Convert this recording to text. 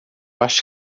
acho